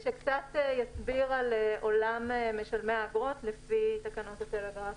נתי יסביר מעט על עולם משלמי האגרות לפי תקנות הטלגרף.